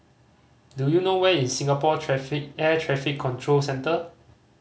do you know where is Singapore Traffic Air Traffic Control Centre